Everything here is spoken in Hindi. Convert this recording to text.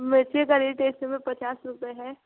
मिर्ची का रेट इस समय पचास रुपये है